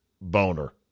boner